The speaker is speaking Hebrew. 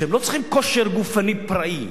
שהם לא צריכים כושר גופני פראי.